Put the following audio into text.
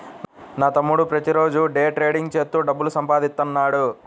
నా తమ్ముడు ప్రతిరోజూ డే ట్రేడింగ్ చేత్తూ డబ్బులు సంపాదిత్తన్నాడు